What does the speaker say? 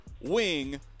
wing